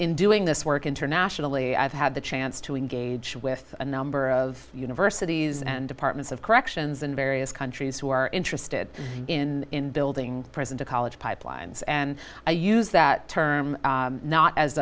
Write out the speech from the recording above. in doing this work internationally i've had the chance to engage with a number of universities and departments of corrections in various countries who are interested in building prison to college pipelines and i use that term not as